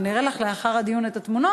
אני אראה לך לאחר הדיון את התמונות,